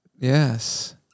Yes